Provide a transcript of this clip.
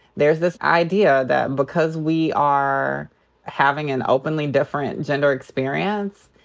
there's this idea that because we are having an openly different gender experience,